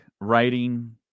writing